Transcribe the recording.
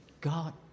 God